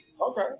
Okay